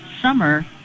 summer